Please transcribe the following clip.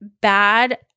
bad